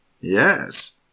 Yes